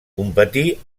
competí